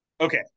Okay